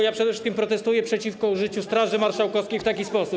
Ja przede wszystkim protestuję przeciwko użyciu Straży Marszałkowskiej w taki sposób.